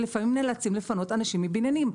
ולפעמים נאלצים לפנות אנשים מבניינים.